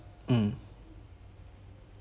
mm